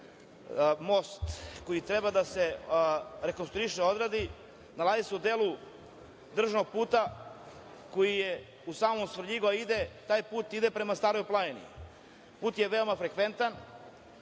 most koji treba da se rekonstruiše, a koji se nalazi u delu državnog puta koji je u samom Svrljigu a taj put ide prema Staroj planini. Put je veoma frekventan,